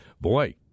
boy